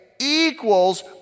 equals